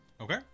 okay